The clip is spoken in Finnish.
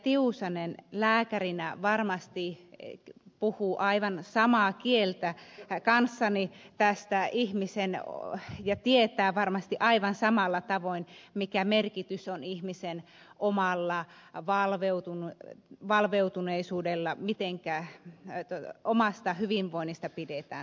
tiusanen lääkärinä varmasti puhuu aivan samaa kieltä kanssani ja tietää varmasti aivan samalla tavoin mikä merkitys on ihmisen omalla valveutuneisuudella mitenkä omasta hyvinvoinnista pidetään huolta